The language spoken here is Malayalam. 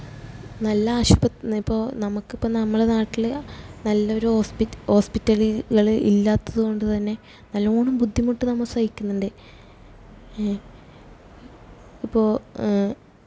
നല്ലാശുപ ഇപ്പോൾ നമുക്കിപ്പം നമ്മളുടെ നാട്ടിൽ നല്ലൊരു ഹോസ്പിറ്റ് ഹോസ്പിറ്റലുകൾ ഇല്ലാത്തതു കൊണ്ടു തന്നെ നല്ലവണ്ണം ബുദ്ധിമുട്ട് നമ്മൾ സഹിക്കുന്നുണ്ട് ഇപ്പോൾ